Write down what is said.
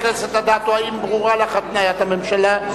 חברת הכנסת אדטו, האם ברורה לך התניית הממשלה?